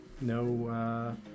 No